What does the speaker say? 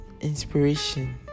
inspiration